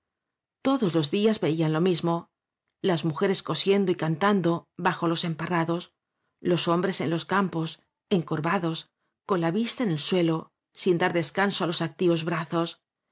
todos los días veían lo mismo las muje res cosiendo y cantando bajo los emparrados los hombres en los campos encorvados con la vista en el suelo sin dar descanso á los activos